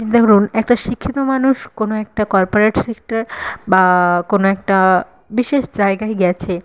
ধরুন একটা শিক্ষিত মানুষ কোনো একটা কর্পোরেট সেক্টর বা কোনো একটা বিশেষ জায়গায় গিয়েছে